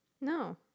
No